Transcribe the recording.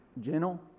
gentle